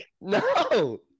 No